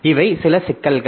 இவை சில சிக்கல்கள்